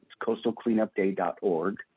coastalcleanupday.org